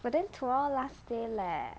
but then tomorrow last day leh